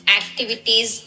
activities